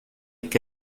que